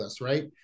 right